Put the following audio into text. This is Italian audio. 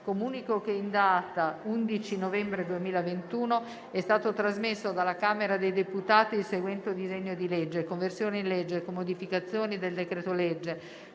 Comunico che in data 11 novembre 2021 è stato trasmesso dalla Camera dei deputati il seguente disegno di legge: «Conversione in legge, con modificazioni, del decreto-legge